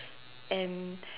and